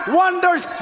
wonders